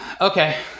Okay